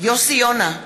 יוסי יונה,